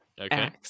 Okay